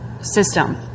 system